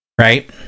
Right